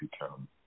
become